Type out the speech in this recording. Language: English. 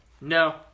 No